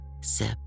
sip